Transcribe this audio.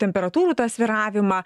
temperatūrų tą svyravimą